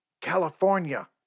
California